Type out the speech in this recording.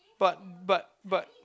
but but but